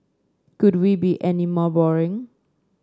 could we be any more boring